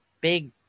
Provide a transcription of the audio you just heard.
big